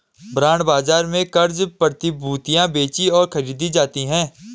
bond बाजार में क़र्ज़ प्रतिभूतियां बेचीं और खरीदी जाती हैं